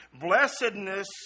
Blessedness